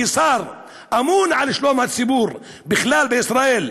כי שר שאמון על שלום הציבור בכלל בישראל,